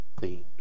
themes